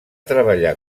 treballar